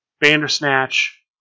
Bandersnatch